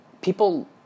people